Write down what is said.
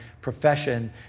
profession